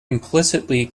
implicitly